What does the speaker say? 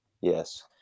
yes